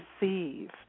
Receive